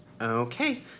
okay